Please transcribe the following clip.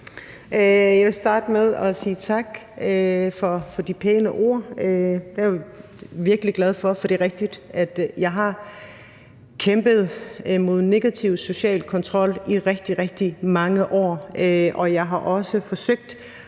Jeg vil starte med at sige tak for de pæne ord. Det er jeg virkelig glad for, for det er rigtigt, at jeg har kæmpet mod negativ social kontrol i rigtig, rigtig mange år,